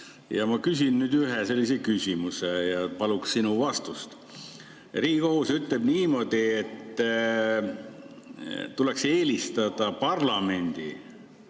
Ma küsin nüüd ühe sellise küsimuse ja palun sinu vastust. Riigikohus ütleb niimoodi, et tuleks eelistada parlamendi